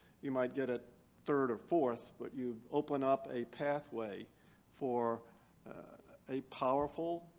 you might get it third or fourth, but you've opened up a pathway for a powerful,